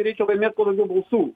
reikia laimėt kuo daugiau balsų